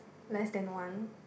less than one